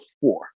four